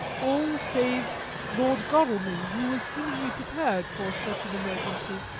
all save lord godalming, who was seemingly prepared for such an emergency.